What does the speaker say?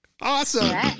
Awesome